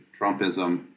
Trumpism